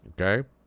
Okay